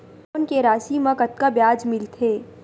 Loan के राशि मा कतका ब्याज मिलथे?